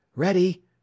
Ready